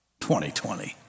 2020